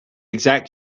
exact